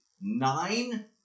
nine